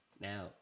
Now